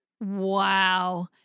Wow